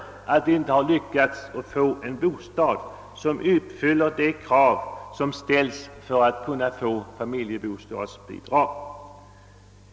Ett villkor för att familjen skall få bidrag är ju att den lyckats få en bostad som uppfyller vissa krav.